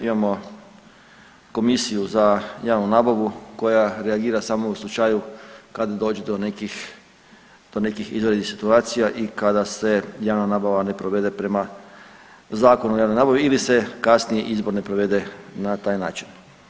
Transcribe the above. Imamo komisiju za javnu nabavu koja reagira samo u slučaju kada dođe do nekih izvanrednih situacija i kada se javna nabava ne provede prema Zakonu o javnoj nabavi ili se kasnije izbor ne provede na taj način.